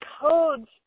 codes